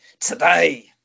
today